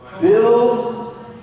build